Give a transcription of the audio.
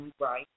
right